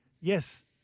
yes